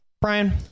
Brian